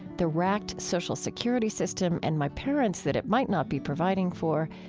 the wracked social security system and my parents that it might not be providing for,